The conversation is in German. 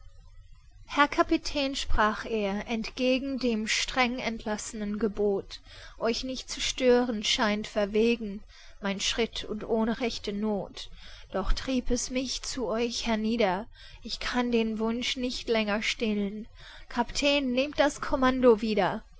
herr kapitän sprach er entgegen dem streng erlassenen gebot euch nicht zu stören scheint verwegen mein schritt und ohne rechte noth doch trieb es mich zu euch hernieder ich kann den wunsch nicht länger still'n kap'tän nehmt das kommando wieder